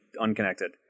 unconnected